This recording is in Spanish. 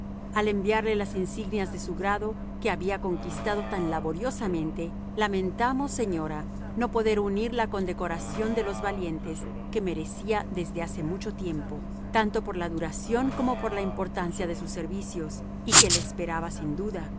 al enviarle las insignias de su grado que había conquistado tan laboriosamente lamentamos señora no poder unir la condecoración de los valientes que merecía desde hace mucho tiempo tanto por la duración como por la importancia de sus servicios y que le esperaba sin duda